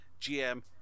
gm